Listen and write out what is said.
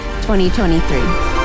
2023